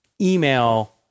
email